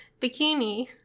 bikini